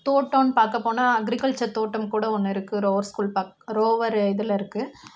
தோட்டோம்ன்னு பார்க்கப் போனால் அக்ரிகல்ச்சர் தோட்டம் கூட ஒன்று இருக்குது ரோஸ் ஸ்கூல் பார்க் ரோவர் இதில் இருக்குது